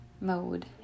mode